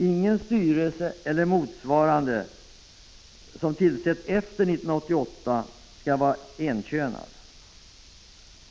Ingen styrelse eller motsvarande som tillsätts efter 1988 skall vara enkönad.